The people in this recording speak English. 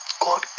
God